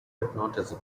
hypnotism